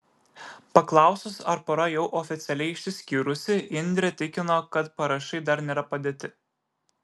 paklausus ar pora jau oficialiai išsiskyrusi indrė tikino kad parašai dar nėra padėti